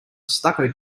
stucco